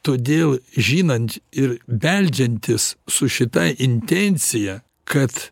todėl žinant ir beldžiantis su šita intencija kad